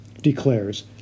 declares